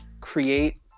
create